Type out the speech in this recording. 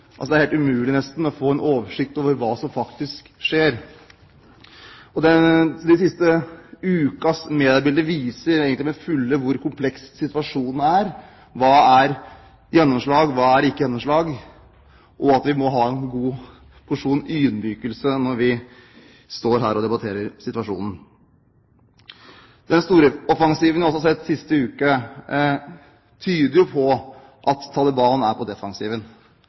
Altså: Det er nesten helt umulig å få en oversikt over hva som faktisk skjer. Den siste ukens mediebilde viser egentlig til fulle hvor kompleks situasjonen er. Hva er gjennomslag? Hva er ikke gjennomslag? Vi må ha en god porsjon ydmykhet når vi står her og debatterer situasjonen. Den store offensiven vi har sett den siste uken, tyder på at Taliban er på